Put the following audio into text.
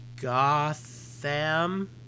Gotham